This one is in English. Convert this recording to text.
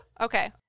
Okay